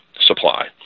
supply